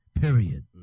period